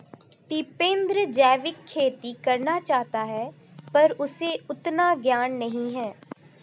टिपेंद्र जैविक खेती करना चाहता है पर उसे उतना ज्ञान नही है